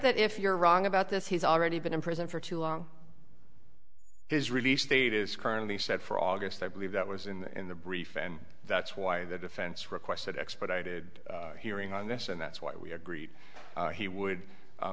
that if you're wrong about this he's already been in prison for too long his release date is currently set for august i believe that was in the brief and that's why the defense requested expedited hearing on this and that's why we agreed he would